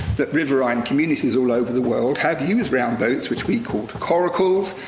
that river rhine communities all over the world have used round boats, which we called coracles,